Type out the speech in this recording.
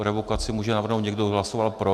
Revokaci může navrhnout někdo, kdo hlasoval pro.